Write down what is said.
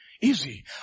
easy